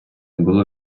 було